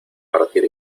partir